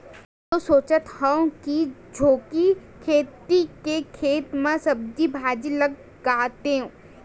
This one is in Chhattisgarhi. एसो सोचत हँव कि झोरी कोती के खेत म सब्जी भाजी लगातेंव